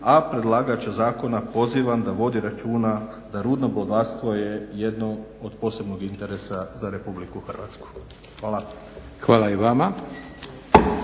a predlagače zakona pozivam da vode računa da rudno bogatstvo je jedno od posebnog interesa za RH. Hvala. **Leko, Josip